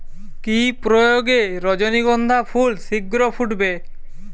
কি প্রয়োগে রজনীগন্ধা ফুল শিঘ্র ফুটবে?